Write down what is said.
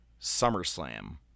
SummerSlam